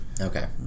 Okay